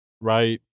Right